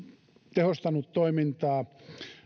tehostanut toimintaa